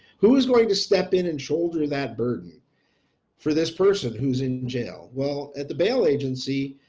who is going to step in and shoulder that burden for this person who's in jail. well, at the bail agency,